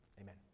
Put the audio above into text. Amen